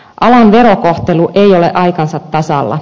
alan verokohtelu ei ole aikansa tasalla